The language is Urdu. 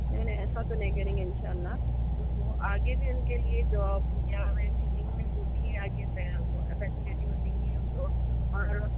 نہیں نہیں ایسا تو نہیں کریں گے انشاء اللہ ان کو آگے بھی ان کے لئے جوب ہو گیا مطلب سنگنگ میں جو بھی ہے آگے فے فیسلیٹی وہ دیں گے ہم لوگ اور